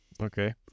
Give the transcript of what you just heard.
Okay